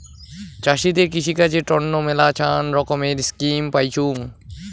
চাষীদের কৃষিকাজের তন্ন মেলাছান রকমের স্কিম পাইচুঙ